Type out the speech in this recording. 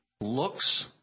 looks